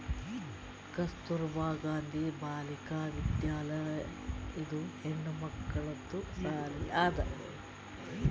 ಕಸ್ತೂರ್ಬಾ ಗಾಂಧಿ ಬಾಲಿಕಾ ವಿದ್ಯಾಲಯ ಇದು ಹೆಣ್ಮಕ್ಕಳದು ಸಾಲಿ ಅದಾ